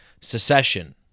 secession